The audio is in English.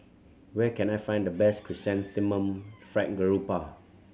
where can I find the best Chrysanthemum Fried Garoupa